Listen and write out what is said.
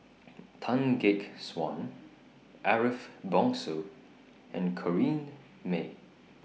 Tan Gek Suan Ariff Bongso and Corrinne May